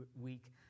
week